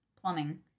Plumbing